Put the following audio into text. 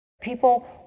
People